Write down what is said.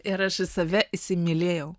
ir aš save įsimylėjau